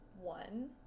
one